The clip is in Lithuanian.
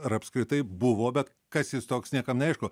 ar apskritai buvo bet kas jis toks niekam neaišku